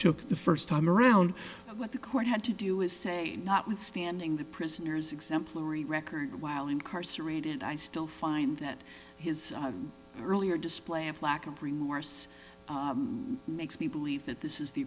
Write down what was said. took the first time around what the court had to do is say notwithstanding the prisoner's exemplary record while incarcerated i still find that his earlier display of lack of remorse makes me believe that this is the